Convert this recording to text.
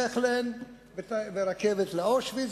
וממכלן ברכבת לאושוויץ.